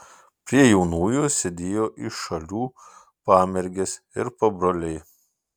prie jaunųjų sėdėjo iš šalių pamergės ir pabroliai